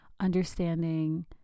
understanding